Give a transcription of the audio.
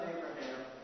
Abraham